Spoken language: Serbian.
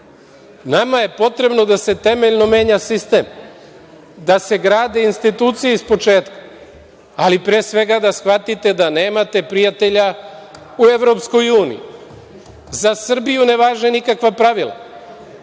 Nama je potrebno da se temeljno menja sistem, da se grade institucije ispočetka, ali pre svega da shvatite da nemate prijatelja u EU.Za Srbiju ne važe nikakva pravila.